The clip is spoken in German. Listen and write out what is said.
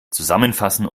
zusammenfassen